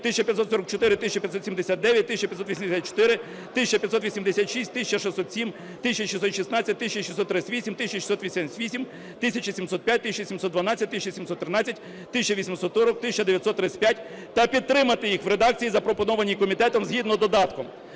1544, 1579, 1584, 1586, 1607, 1616, 1638, 1688, 1705, 1712, 1713, 1840, 1935 та підтримати їх в редакції, запропонованій комітетом згідно з додатком.